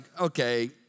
okay